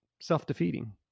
self-defeating